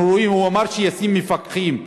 אנחנו רואים, הוא אמר שישים מפקחים.